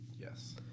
Yes